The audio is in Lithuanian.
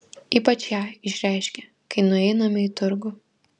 ypač ją išreiškia kai nueiname į turgų